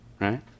right